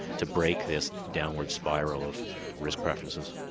to break this downward spiral of risk preferences.